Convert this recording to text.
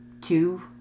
two